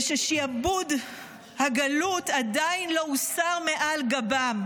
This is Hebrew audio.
וששעבוד הגלות עדיין לא הוסר מעל גבם.